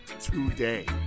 today